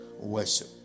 worship